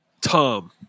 Tom